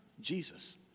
Jesus